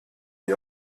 die